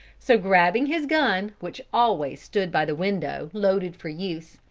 so grabbing his gun, which always stood by the window loaded for use,